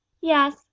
Yes